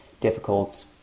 difficult